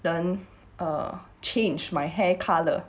等 uh changed my hair colour